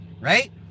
right